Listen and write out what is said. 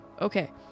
Okay